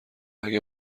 اگه